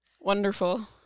Wonderful